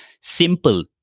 simple